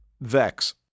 Vex